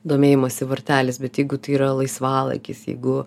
domėjimąsi varteliais bet jeigu tai yra laisvalaikis jeigu